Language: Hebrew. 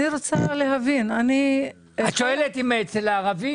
את שואלת אם הם נמצאים אצל הערבים?